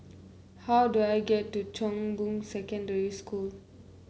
how do I get to Chong Boon Secondary School